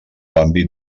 àmbit